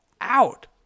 out